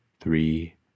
three